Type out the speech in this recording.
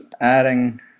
adding